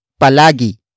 Palagi